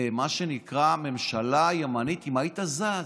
מה שנקרא ממשלה ימנית אם היית זז,